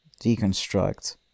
deconstruct